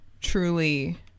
truly